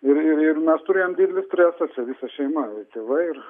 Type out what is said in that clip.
ir ir ir mes turėjom didelį stresą čia visa šeima tėvai ir